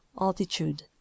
Altitude